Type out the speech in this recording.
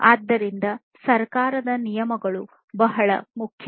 ಆದ್ದರಿಂದ ಸರ್ಕಾರದ ನಿಯಮಗಳು ಬಹಳ ಮುಖ್ಯ